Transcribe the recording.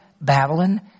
Babylon